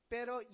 Pero